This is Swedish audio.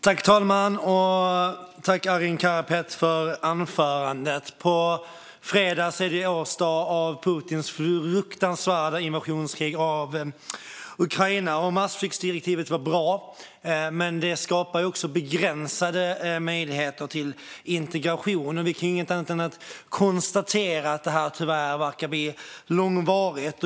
Fru talman! Jag tackar Arin Karapet för anförandet. På fredag är det årsdagen för inledningen av Putins fruktansvärda invasionskrig i Ukraina. Massflyktsdirektivet var bra, men det skapar begränsade möjligheter till integration. Vi kan inte annat än konstatera att det här tyvärr verkar bli långvarigt.